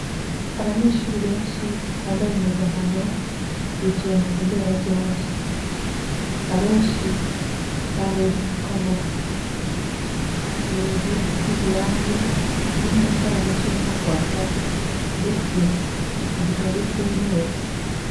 Abanyeshuri benshi bambaye impuzankano, bicaye mu nzu mberabyombi, abenshi bambaye udupfukamunwa. Ni nzu isize irange, irimo amatara menshi arimo kwaka ndetse ifite igisenge cy'umweru.